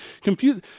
confused